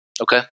Okay